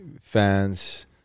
fans